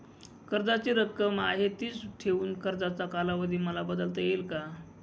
कर्जाची रक्कम आहे तिच ठेवून कर्जाचा कालावधी मला बदलता येईल का?